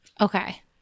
Okay